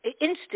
Instant